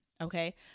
Okay